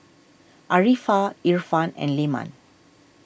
Arifa Irfan and Leman